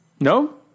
No